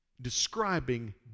describing